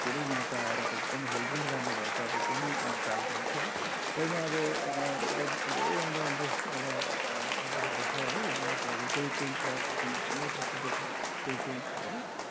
के अरे यहाँ त आएर त एकदम हेल्थ पनि राम्रो भएको आफू पनि चाल पाइन्छ है र यहाँ अब दार्जिलिङमा धेरै राम्रो राम्रो एउटा जगाहरू छ है यहाँको अब टोय ट्रेन छ टोय ट्रेन एकदम प्रसिद्ध छ टोय ट्रेन है